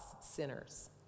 sinners